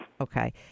Okay